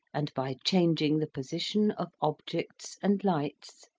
and by changing the position of objects and lights,